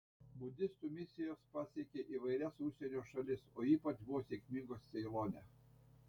budistų misijos pasiekė įvairias užsienio šalis o ypač buvo sėkmingos ceilone